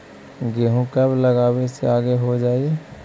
गेहूं कब लगावे से आगे हो जाई?